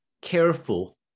careful